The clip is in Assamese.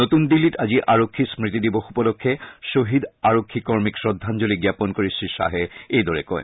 নতুন দিল্লীত আজি আৰক্ষী স্মৃতি দিৱস উপলক্ষে খহীদ আৰক্ষী কৰ্মীক শ্ৰদ্ধাঞ্জলি জ্ঞাপন কৰি শ্ৰীয়াহে এইদৰে কয়